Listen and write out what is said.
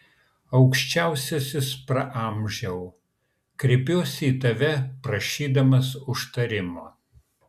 aukščiausiasis praamžiau kreipiuosi į tave prašydamas užtarimo